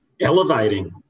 elevating